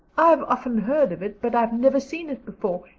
i've often heard of it but i've never seen it before.